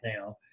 now